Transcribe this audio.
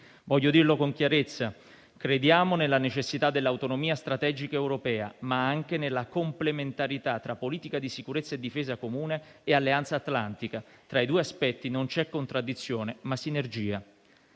Voglio dirlo con chiarezza: crediamo nella necessità dell'autonomia strategica europea, ma anche nella complementarità tra politica di sicurezza e difesa comune e Alleanza atlantica. Tra i due aspetti c'è non contraddizione, ma sinergia.